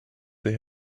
they